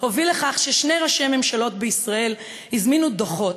הוביל לכך ששני ראשי ממשלות בישראל הזמינו דוחות,